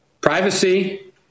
Privacy